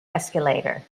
escalator